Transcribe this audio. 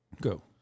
go